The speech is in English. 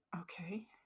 Okay